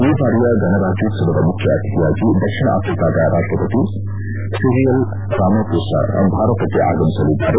ಈ ಬಾರಿಯ ಗಣರಾಜ್ಯೋತ್ಸವದ ಮುಖ್ಯ ಅತಿಥಿಯಾಗಿ ದಕ್ಷಿಣ ಅಫ್ರಿಕಾದ ರಾಷ್ಸಪತಿ ಸಿರಿಯಲ್ ರಾಮಾಪೋಸಾ ಭಾರತಕ್ಕೆ ಆಗಮಿಸಲಿದ್ದಾರೆ